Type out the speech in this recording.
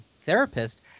therapist